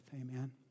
Amen